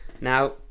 Now